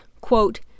quote